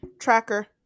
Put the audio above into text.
Tracker